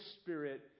spirit